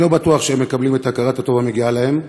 אני לא בטוח שהם מקבלים את הכרת הטוב המגיעה להם,